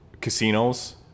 Casinos